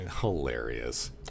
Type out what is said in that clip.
Hilarious